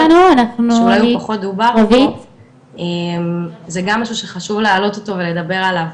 זה גם משהו שחשוב להעלות אותו ולדבר עליו.